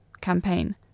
campaign